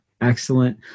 Excellent